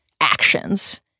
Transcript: actions